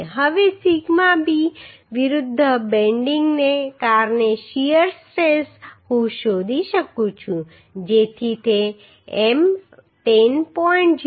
હવે sigma b વિરુદ્ધ બેન્ડિંગને કારણે શીયર સ્ટ્રેસ હું શોધી શકું છું જેથી તે m 10